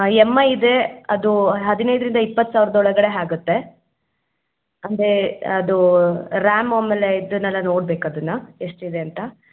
M I ಇದೆ ಅದು ಹದಿನೈದರಿಂದ ಇಪ್ಪತ್ತು ಸಾವಿರದ್ ಒಳಗಡೆ ಆಗತ್ತೆ ಅಂದರೆ ಅದು ರ್ಯಾಮ್ ಆಮೇಲೆ ಇದನ್ನೆಲ್ಲ ನೋಡ್ಬೇಕು ಅದನ್ನು ಎಷ್ಟು ಇದೆ ಅಂತ